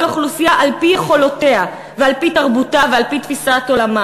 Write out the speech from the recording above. אוכלוסייה על-פי יכולותיה ועל-פי תרבותה ועל-פי תפיסת עולמה,